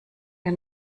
wir